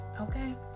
okay